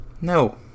No